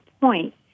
point